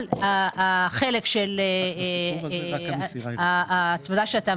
--- הזה על החלק של ההצמדה שאתה